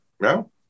No